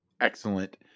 Excellent